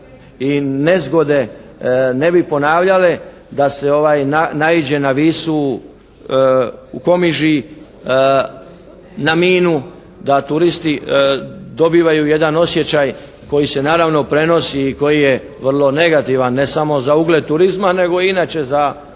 i nezgode ne bi ponavljale da se naiđe na Visu u Komiži na minu, da turisti dobivaju jedan osjećaj koji se naravno prenosi i koji je vrlo negativan, ne samo za ugled turizma nego i inače poziciju